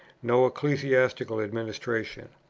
no ecclesiastical administration.